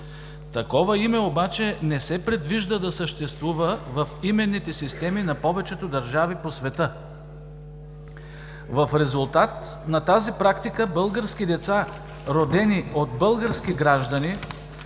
Такова име обаче не се предвижда да съществува в именните системи на повечето държави по света. В резултат на тази практика български деца, родени от български граждани,